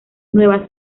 nueva